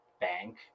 bank